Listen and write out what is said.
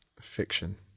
Fiction